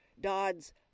Dodd's